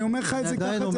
אני אומר לך את זה כנתון.